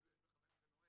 הבנתי שכאילו יש בן 15 נוהג,